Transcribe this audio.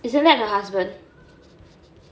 isn't that her husband